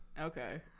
Okay